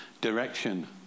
direction